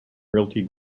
realty